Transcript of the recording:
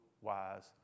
wise